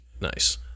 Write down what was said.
Nice